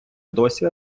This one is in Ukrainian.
досі